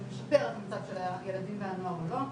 משפר את המצב של הילדים והנוער או לא.